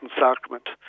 sacrament